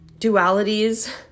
dualities